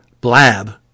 Blab